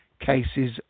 cases